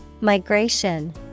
Migration